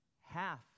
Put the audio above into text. half